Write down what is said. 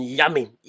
yummy